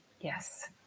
yes